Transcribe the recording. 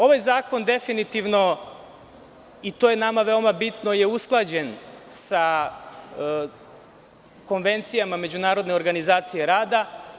Ovaj zakon definitivno, i to je nama veoma bitno je usklađen sa konvencijama Međunarodne organizacije rada.